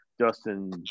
Justin